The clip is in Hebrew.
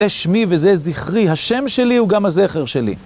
זה שמי וזה זכרי, השם שלי הוא גם הזכר שלי.